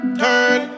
turn